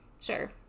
Sure